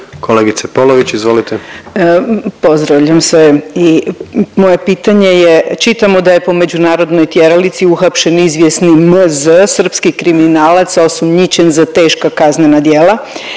Draženka (Možemo!)** Pozdravljam sve. I moje pitanje je čitamo da je po međunarodnoj tjeralici uhapšen izvjesni MZ srpski kriminalac osumnjičen za teška kaznena djela